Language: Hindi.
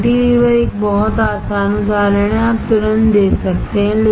कैंटीलेवर एक बहुत आसान उदाहरण है आप तुरंत दे सकते हैं